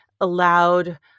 allowed